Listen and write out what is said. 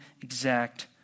exact